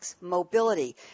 mobility